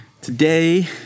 Today